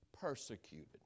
persecuted